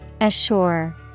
Assure